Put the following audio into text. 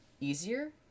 easier